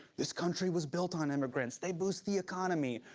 this country was built on immigrants. they boost the economy.